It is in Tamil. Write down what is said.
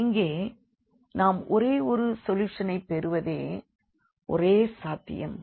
இங்கே நாம் ஒரே ஒரு சொல்யூஷன்ஐப் பெறுவதே ஒரே சாத்தியம்